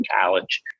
college